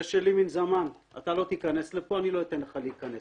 זה שלו מזמן והוא לא ייכנס לשם והוא לא ייתן לו להיכנס.